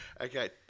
Okay